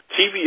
TV